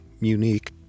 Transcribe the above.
unique